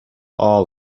all